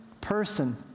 person